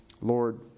Lord